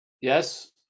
Yes